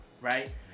right